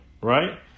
right